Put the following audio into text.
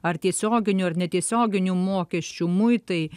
ar tiesioginių ar netiesioginių mokesčių muitai